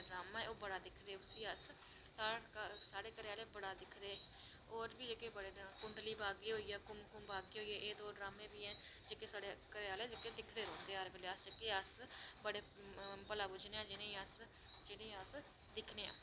दिखदी रौह्नी आं इनें ड्रामें गी अऊं ते साढ़े घर जेह्का जोधा अकबर दा ड्रामा ऐ उसी बड़ा दिखदे अस साढ़े घऱे आह्ले बड़ा दिखदे होर बी जेह्ड़े कुंडली बागे होइया कुम कुम भाग्य होइया एह् दो ड्रामे बी हैन जेह्के साढ़े घरे आह्ले दिखदे गै रौंह्दे हर बेल्लै जेह्के अस भला बुज्झने आं जिनें गी अस दिक्खने आं अस